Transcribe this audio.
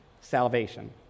salvation